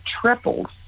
tripled